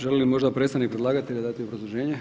Želi li možda predstavnik predlagatelja dati obrazloženje?